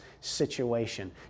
situation